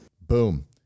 Boom